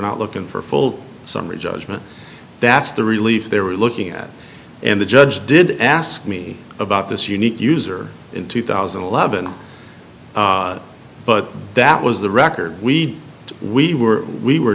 not looking for full summary judgment that's the relief they were looking at and the judge did ask me about this unique user in two thousand and eleven but that was the record we we were we were